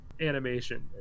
animation